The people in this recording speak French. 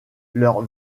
leurs